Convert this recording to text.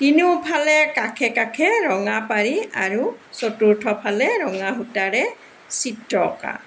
তিনিওফালে কাষে কাষে ৰঙা পাৰি আৰু চতুৰ্থফালে ৰঙা সূতাৰে চিত্ৰ অঁকা